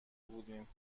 بودیم